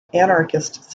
anarchist